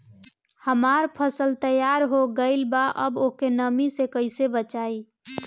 हमार फसल तैयार हो गएल बा अब ओके नमी से कइसे बचाई?